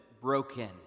broken